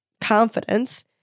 confidence